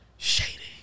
Shady